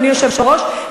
אדוני היושב-ראש,